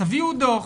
תביאו דו"ח,